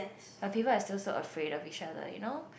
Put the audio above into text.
but people I still saw afraid of each other you know